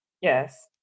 Yes